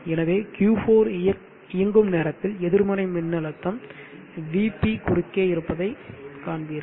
எனவே Q4 இயங்கும் நேரத்தில் எதிர்மறை மின்னழுத்தம் Vp குறுக்கே இருப்பதை காண்பீர்கள்